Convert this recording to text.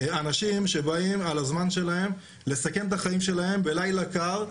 אנשים שבאים על הזמן שלהם לסכן את החיים שלהם בלילה קר,